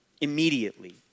immediately